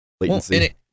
latency